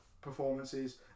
performances